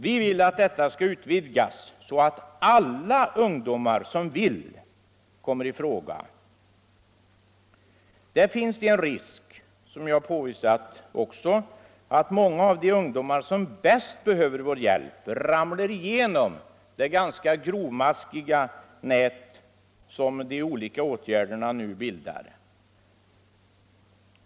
Vi vill att detta skall utvidgas, så att alla ungdomar som vill komma i fråga omfattas. Det finns en risk — som jag också påvisat — att många av de ungdomar som bäst behöver vår hjälp ramlar igenom det ganska grovmaskiga nät som de här olika åtgärderna nu bildar.